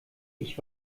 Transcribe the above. ich